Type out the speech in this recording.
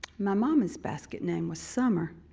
my mama's basket name was summer,